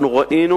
אנחנו ראינו,